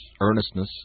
earnestness